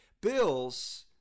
Bills